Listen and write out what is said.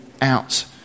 out